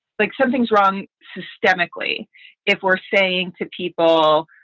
like something's wrong systemically if we're saying to people,